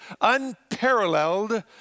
unparalleled